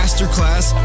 Masterclass